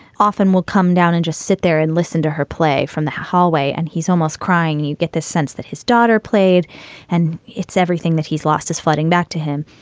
often will come down and just sit there and listen to her play from the hallway. and he's almost crying. you get the sense that his daughter played and it's everything that he's lost as flooding back to him.